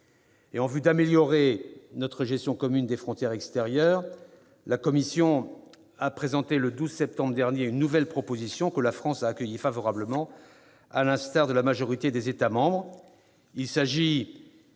En vue d'améliorer notre gestion commune des frontières extérieures, la Commission européenne a présenté, le 12 septembre dernier, une nouvelle proposition, que la France a accueillie favorablement, à l'instar de la majorité des États membres.